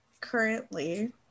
Currently